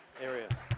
area